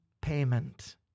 payment